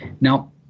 Now